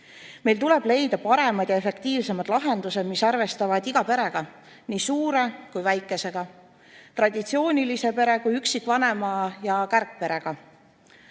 Meil tuleb leida paremad ja efektiivsemad lahendused, mis arvestavad iga perega, nii suure kui ka väikesega, nii traditsioonilise pere kui ka üksikvanema ja kärgperega.